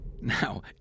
Now